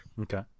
Okay